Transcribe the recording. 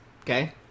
okay